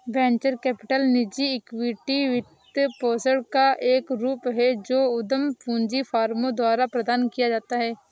venture capital निजी equity वित्तपोषण का एक रूप है जो उद्यम पूंजी फर्मों द्वारा प्रदान किया जाता है